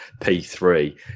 P3